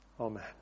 Amen